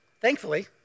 Thankfully